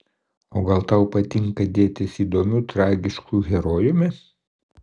o gal tau patinka dėtis įdomiu tragišku herojumi